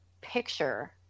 picture